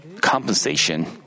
compensation